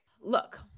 Look